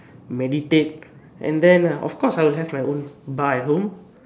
meditate and then of course I'll have my own bar at home